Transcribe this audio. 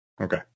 Okay